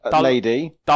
lady